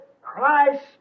Christ